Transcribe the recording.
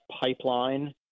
pipeline